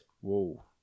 Whoa